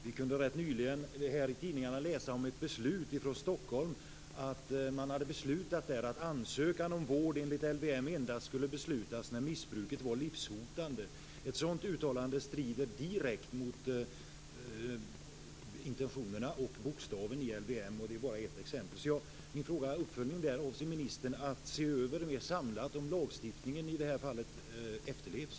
Vi kunde nyligen läsa i tidningarna om att man i endast skulle beslutas när missbruket var livshotande. Ett sådant uttalande strider direkt mot intentionerna och bokstaven i LVM. Det är bara ett exempel. Min uppföljningsfråga till ministern är följande. Kommer ministern samlat att se över om lagstiftningen efterlevs?